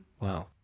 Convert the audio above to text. Wow